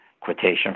quotation